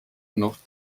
noch